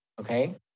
Okay